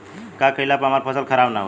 का कइला पर हमार फसल खराब ना होयी?